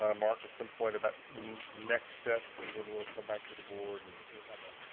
ah mark, at some point about next steps and when we'll come back to the board. and we'll have, ah